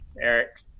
eric